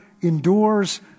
endures